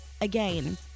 again